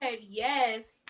Yes